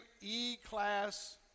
E-class